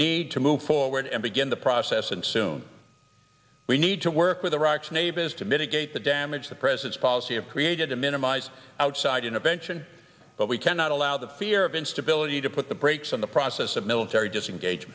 need to move forward and begin the process and soon we need to work with iraq's neighbors to mitigate the damage the president's policy of created to minimize outside intervention but we cannot allow the fear of instability to put the brakes on the process of military disengage